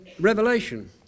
Revelation